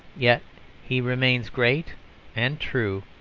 yet he remains great and true,